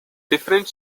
different